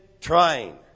trying